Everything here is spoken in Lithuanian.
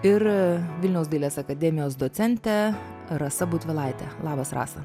ir vilniaus dailės akademijos docente rasa butvilaite labas rasa